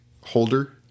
holder